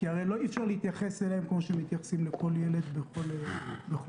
כי הרי אי-אפשר להתייחס אליהם כמו שמתייחסים לכל ילד בכל מקום.